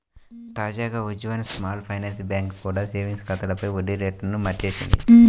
తాజాగా Ujjivan small finance bank కూడా savings ఖాతాలపై వడ్డీ రేట్లను మార్చేసింది